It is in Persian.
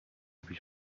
پیش